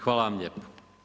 Hvala vam lijepa.